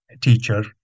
teacher